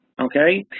okay